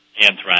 anthrax